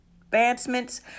advancements